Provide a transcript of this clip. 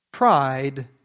Pride